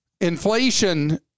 inflation